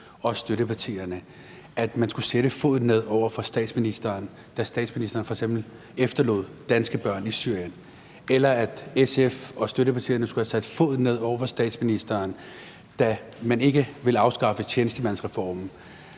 støttepartier, at de skulle sætte foden ned over for statsministeren, f.eks. da statsministeren efterlod danske børn i Syrien, og at de skulle sætte sat foden ned over for statsministeren, da regeringen ikke ville afskaffe tjenestemandsreformen,